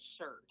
shirt